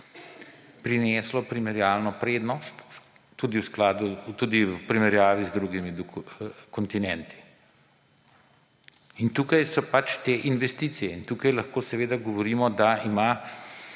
prineslo primerjalno prednost tudi v primerjavi z drugimi kontinenti. Tukaj so te investicije in tukaj lahko govorimo, da se